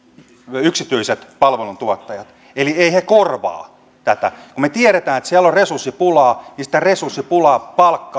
yksityiset palveluntuottajat eli eivät he korvaa tätä me tiedämme että siellä on resurssipulaa ja sitä resurssipulaa